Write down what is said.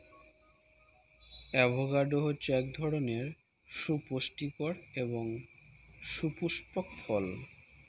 avocado হচ্ছে এক ধরনের সুপুস্টিকর এবং সুপুস্পক ফল